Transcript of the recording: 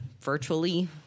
virtually